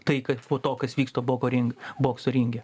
tai kad po to kas vyksta boko ringe bokso ringe